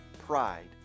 pride